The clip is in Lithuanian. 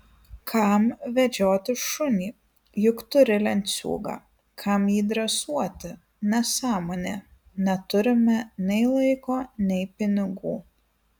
kam vedžioti šunį juk turi lenciūgą kam jį dresuoti nesąmonė neturime nei laiko nei pinigų